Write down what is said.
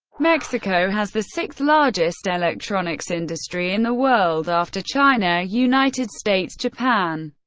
mexico has the sixth largest electronics industry in the world after china, united states, japan,